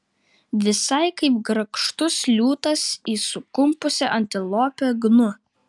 visai kaip grakštus liūtas į sukumpusią antilopę gnu